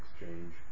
Exchange